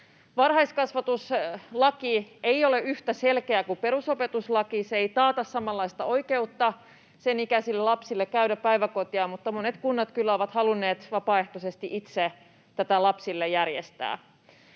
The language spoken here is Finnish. Varhaiskasvatuslaki ei ole yhtä selkeä kuin perusopetuslaki. Se ei takaa samanlaista oikeutta sen ikäisille lapsille käydä päiväkotia, mutta monet kunnat kyllä ovat halunneet vapaaehtoisesti itse tätä lapsille järjestää.